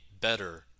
better